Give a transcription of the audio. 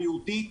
בריאותית,